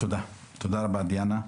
תודה רבה דיאנה.